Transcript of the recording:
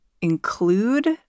include